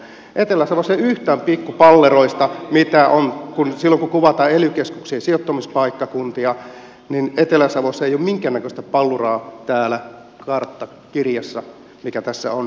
etelä savossa ei ole yhtään pikkupalleroista mitä on silloin kun kuvataan ely keskuksien sijoittumispaikkakuntia etelä savossa ei ole minkään näköistä palluraa täällä karttakirjassa mikä tässä on esillä